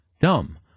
Dumb